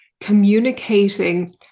communicating